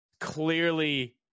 clearly